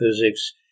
physics